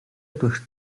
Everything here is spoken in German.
durch